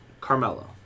Carmelo